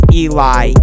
eli